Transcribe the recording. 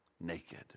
naked